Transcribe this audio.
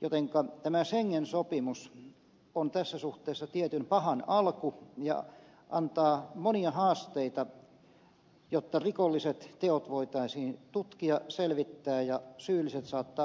jotenka tämä schengen sopimus on tässä suhteessa tietyn pahan alku ja antaa monia haasteita jotta rikolliset teot voitaisiin tutkia selvittää ja syylliset saattaa vastuuseen